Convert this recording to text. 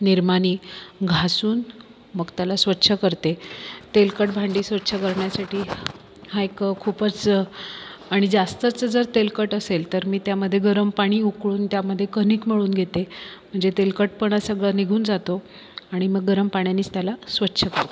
निरमानी घासून मग त्याला स्वच्छ करते तेलकट भांडी स्वच्छ करण्यासाठी हा एक खूपच आणि जास्तच जर तेलकट असेल तर मी त्यामध्ये गरम पाणी उकळून त्यामध्ये कणिक मळून घेते जे तेलकटपणा सगळा निघून जातो आणि मग गरम पाण्यानेच त्याला स्वच्छ करते